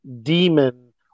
demon